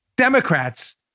democrats